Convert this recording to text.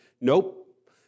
Nope